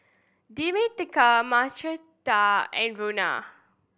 Demetria Margaretta and Rona